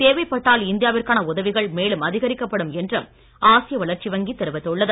தேவைப்பட்டால் இந்தியாவிற்கான உதவிகள் மேலும் அதிகரிக்கப்படும் என்றும் ஆசிய வளர்ச்சி வங்கி தெரிவித்துள்ளது